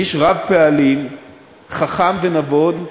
איש רב-פעלים חכם ונבון,